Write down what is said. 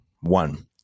One